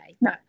No